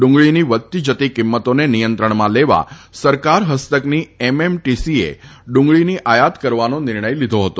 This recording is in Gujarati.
ડુંગળીની વધતી જતી કિંમતોને નિયંત્રણમાં લેવા સરકાર હસ્તકની એમએમટીસીએ ડુંગળીની આયાત કરવાનો નિર્ણય લીધો છે